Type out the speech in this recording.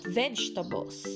vegetables